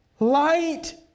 light